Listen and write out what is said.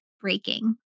breaking